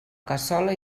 cassola